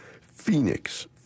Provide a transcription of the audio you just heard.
Phoenix